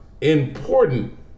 important